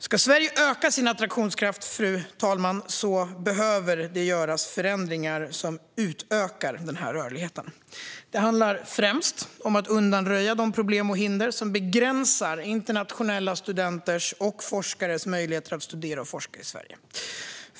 Ska Sverige öka sin attraktionskraft, fru talman, behöver det göras förändringar som utökar den rörligheten. Det handlar främst om att undanröja de problem och hinder som begränsar internationella studenters och forskares möjligheter att studera och forska i Sverige.